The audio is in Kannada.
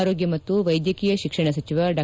ಆರೋಗ್ಯ ಮತ್ತು ವೈದ್ಯಕೀಯ ಶಿಕ್ಷಣ ಸಚಿವ ಡಾ